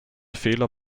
fehler